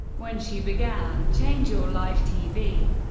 when she began change your life tv,